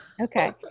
Okay